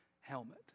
helmet